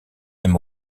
même